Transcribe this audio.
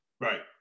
Right